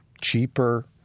cheaper